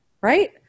Right